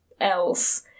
else